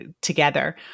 together